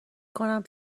کنم